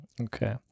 Okay